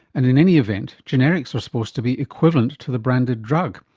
and in any event, generics are supposed to be equivalent to the branded drug,